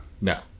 No